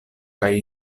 kaj